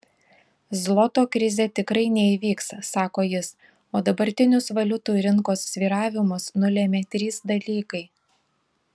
zloto krizė tikrai neįvyks sako jis o dabartinius valiutų rinkos svyravimus nulėmė trys dalykai